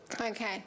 okay